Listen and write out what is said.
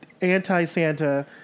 anti-Santa